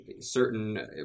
certain